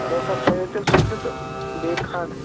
چلو سر تھٔیو تیٚلہِ سُہ تہِ تہٕ بیٚیہِ کھنڈ